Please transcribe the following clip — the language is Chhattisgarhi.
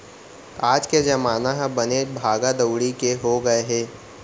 आज के जमाना ह बनेच भागा दउड़ी के हो गए हे